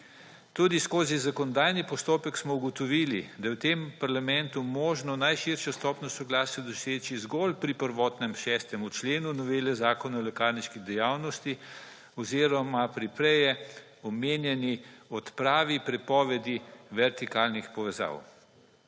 Tudi skozi zakonodajni postopek smo ugotovili, da je v tem parlamentu možno najširšo stopnjo soglasja doseči zgolj pri prvotnem 6. členu novele Zakona o lekarniški dejavnosti oziroma pri prej omenjeni odpravi prepovedi vertikalnih povezav.